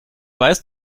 weiß